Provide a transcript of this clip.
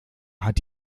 hat